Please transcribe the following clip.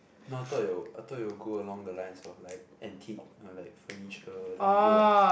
no I thought you'll I thought you'll go along the lines of like antique uh like furniture then you go like